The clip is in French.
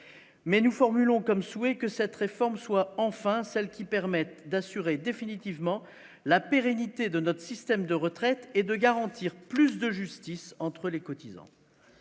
mais nous formulons comme souhaité que cette réforme soit enfin celles qui permettent d'assurer définitivement la pérennité de notre système de retraite et de garantir plus de justice entre les cotisants,